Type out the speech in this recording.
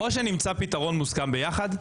או שנמצא פתרון מוסכם ביחד,